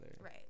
right